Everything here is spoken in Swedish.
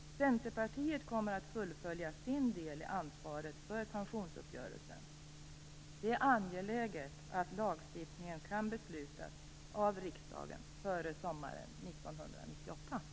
Centerpartiet kommer att fullfölja sin del av ansvaret för pensionsuppgörelsen. Det är angeläget att lagstiftningen kan beslutas av riksdagen före sommaren 1998.